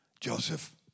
Joseph